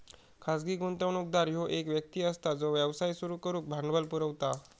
खाजगी गुंतवणूकदार ह्यो एक व्यक्ती असता जो व्यवसाय सुरू करुक भांडवल पुरवता